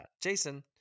Jason